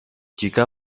jika